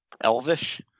Elvish